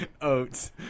oats